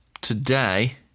today